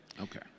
Okay